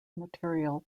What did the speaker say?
material